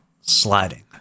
sliding